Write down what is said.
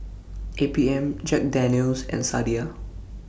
A P M Jack Daniel's and Sadia